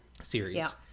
series